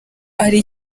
ari